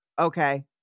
Okay